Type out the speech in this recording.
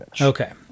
Okay